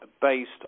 based